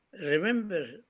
remember